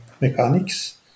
mechanics